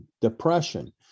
depression